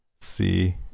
see